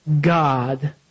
God